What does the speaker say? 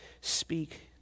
speak